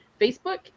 Facebook